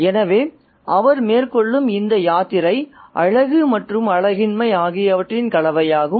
எனவே அவர் மேற்கொள்ளும் இந்த யாத்திரை அழகு மற்றும் அழகின்மை ஆகியவற்றின் கலவையாகும்